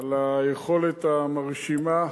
על היכולת המרשימה,